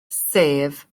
sef